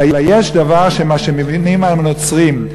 אלא שמה שמבינים היום הנוצרים,